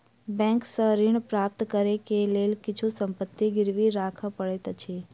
bank सॅ ऋण प्राप्त करै के लेल किछु संपत्ति गिरवी राख पड़ैत अछि